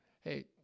hey